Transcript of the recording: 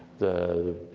the